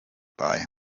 bei